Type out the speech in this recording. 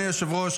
אדוני היושב-ראש,